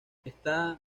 está